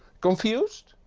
confused?